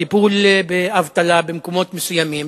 טיפול באבטלה במקומות מסוימים,